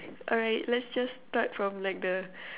alright let's just start from like the